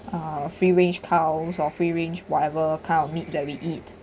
ah free range cows or free range whatever kind of meat that we eat